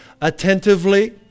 Attentively